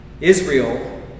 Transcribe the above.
Israel